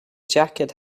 jacket